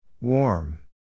Warm